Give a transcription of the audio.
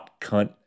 cunt